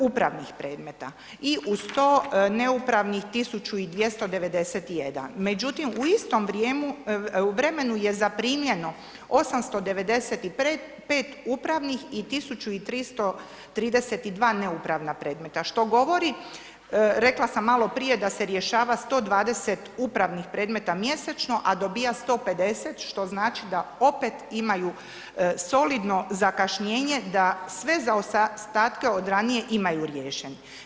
Upravnih predmeta i uz to neupravnih 1291, međutim u istom vremenu je zaprimljeno 895 upravnih i 1332 neupravna predmeta, što govori, rekla sam maloprije, da se rješava 120 upravnih predmeta mjesečno, a dobiva 150, što znači da opet imaju solidno zakašnjenje da sve zaostatke od ranije imaju riješen.